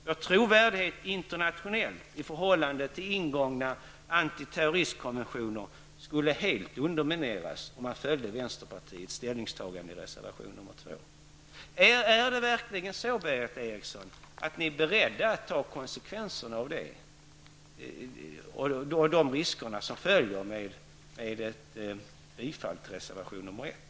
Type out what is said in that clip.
Vår trovärdighet internationellt, i förhållande till ingånga antiterroristkonventioner, skulle helt undermineras om man följde vänsterpartiets ställningstagande i reservation nr 1. Är ni verkligen, Berith Eriksson, beredda att ta konsekvenserna av ert ställningstagande och de risker som följer av bifall till reservation nr 1?